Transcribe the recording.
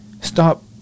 stop